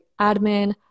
admin